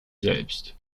selbst